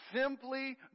simply